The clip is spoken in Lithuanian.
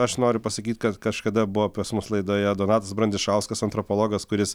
aš noriu pasakyt kad kažkada buvo pas mus laidoje donatas brandišauskas antropologas kuris